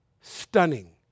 stunning